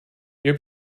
your